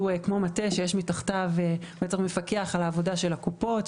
שהוא כמו מטה שיש מתחתיו והוא מפקח על העבודה של הקופות,